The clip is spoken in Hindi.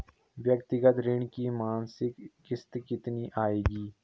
व्यक्तिगत ऋण की मासिक किश्त कितनी आएगी?